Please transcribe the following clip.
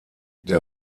der